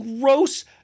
gross